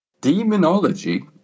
demonology